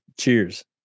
cheers